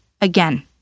Again